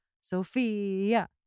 Sophia